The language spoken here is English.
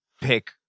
pick